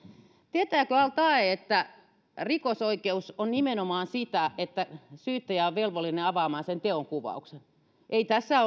tietääkö al taee että rikosoikeus on nimenomaan sitä että syyttäjä on velvollinen avaamaan sen teonkuvauksen ei tässä